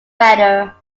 radar